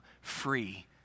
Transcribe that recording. free